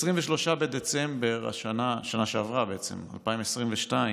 ב-23 בדצמבר בשנה שעברה, בעצם, 2022,